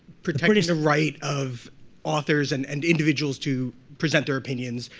protecting the right of authors and and individuals to present their opinions.